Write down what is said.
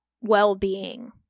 well-being